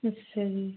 ਅੱਛਾ ਜੀ